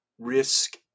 risk